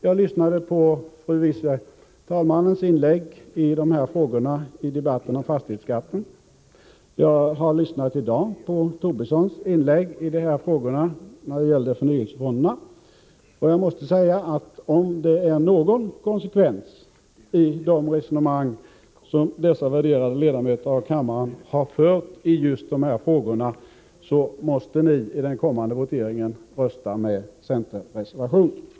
Jag lyssnade på fru talmannens inlägg om de här frågorna i debatten om fastighetsskatten. Jag har lyssnat på Lars Tobissons inlägg om de här frågorna i debatten om förnyelsefonderna i dag, och jag måste säga att om det är någon konsekvens i de resonemang som dessa värderade ledamöter av kammaren har fört i just de här frågorna, måste ni i den kommande voteringen rösta med centerreservationen.